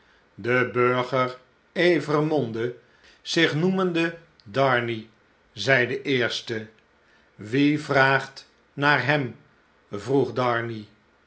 de burger evremonde zich noemendedarnay zei de eerste wie vraagt naar hem vroeg darnay